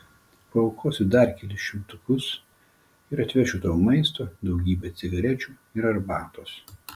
paaukosiu dar kelis šimtukus ir atvešiu tau maisto daugybę cigarečių ir arbatos